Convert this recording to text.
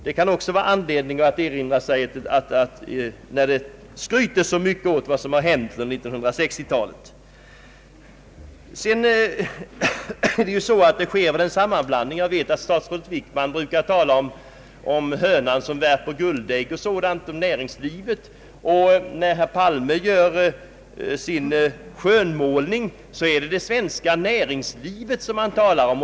Det kan finnas anledning att erinra om detta, när det skryts så mycket om vad som har hänt under 1960-talet. Statsrådet Wickman brukar tala om näringslivet som hönan som värper guldägg. När herr Palme gör sin skönmålning, är det vårt näringsliv och dess utveckling han talar om.